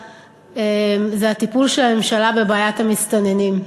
זה הטיפול של הממשלה בבעיית המסתננים.